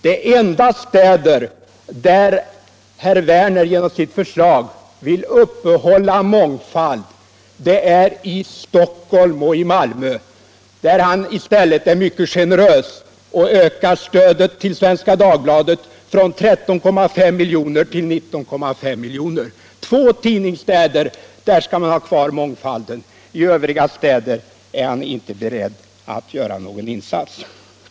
De enda städer i vilka herr Werner vill uppehålla mångfald är Stockholm och Malmö. Där är han i stället mycket generös och ökar stödet till Svenska Dagbladet från 13,5 milj.kr. till 19,5 milj.kr. I två tidningsstäder skall man ha kvar mångfalden, i övriga städer är han inte beredd att göra någon insats.